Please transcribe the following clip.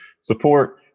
support